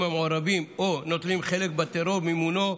המעורבים או נוטלים חלק בטרור ובמימונו,